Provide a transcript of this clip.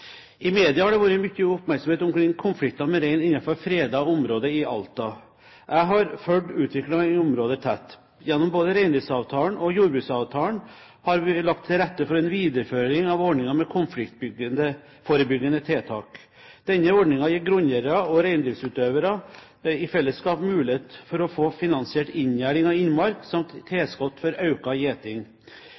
I media har det vært mye oppmerksomhet omkring konfliktene med rein innenfor fredet område i Alta. Jeg har fulgt utviklingen i området tett. Gjennom både reindriftsavtalen og jordbruksavtalen har vi lagt til rette for en videreføring av ordningen med konfliktforebyggende tiltak. Denne ordningen gir grunneiere og reindriftsutøvere i fellesskap mulighet for å få finansiert inngjerding av innmark samt tilskudd for